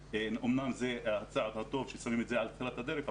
אמנם זה צעד טוב ששמים את זה על תחילת הדרך,